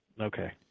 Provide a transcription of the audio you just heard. Okay